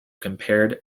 compared